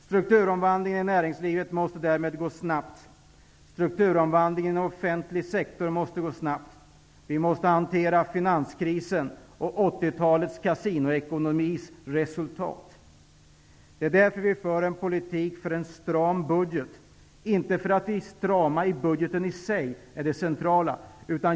Strukturomvandlingen i näringslivet måste därmed gå snabbt. Strukturomvandlingen i offentlig sektor måste gå snabbt. Vi måste hantera finanskrisen och 80-talets kasinoekonomis resultat. Det är därför vi för en politik för en stram budget -- inte för att det strama i budgeten i sig är det centrala.